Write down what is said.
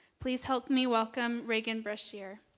please help me welcome regan brashear.